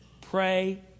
Pray